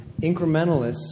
incrementalists